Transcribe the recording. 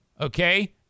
Okay